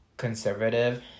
conservative